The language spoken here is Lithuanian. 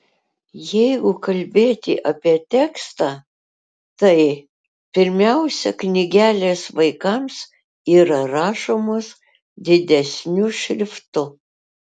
jeigu kalbėti apie tekstą tai pirmiausia knygelės vaikams yra rašomos didesniu šriftu